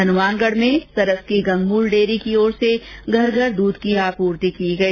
हनुमानगढ में सरस की गंगमूल डेयरी की ओर से घर घर दूध की आपूर्ति श्रुरू की गई